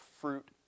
fruit